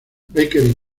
baker